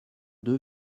deux